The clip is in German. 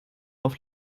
auf